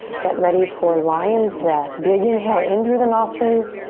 get ready for lion's breath. big inhale in through the nostrils.